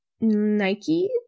Nike